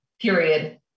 period